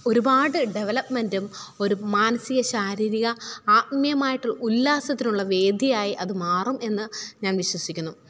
ഒരുപാട് ഡെവലപ്മെന്റും ഒരു മാനസിക ശാരീരിക അത്മീയമായിട്ടു ഉല്ലാസത്തിനുള്ള വേദിയായി അത് മാറും എന്ന് ഞാന് വിശ്വസിക്കുന്നു